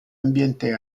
ambiente